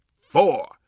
four